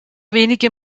wenige